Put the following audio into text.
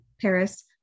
Paris